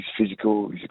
physical